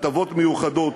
הטבות מיוחדות,